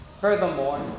Furthermore